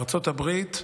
בארצות הברית,